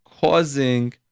causing